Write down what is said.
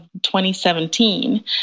2017